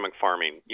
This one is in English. farming